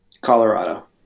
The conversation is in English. Colorado